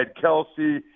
Kelsey